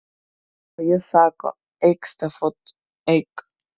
o jis sako eik stefut eik